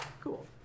Cool